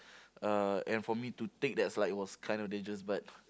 uh and for me to take that's like it was kind of dangerous but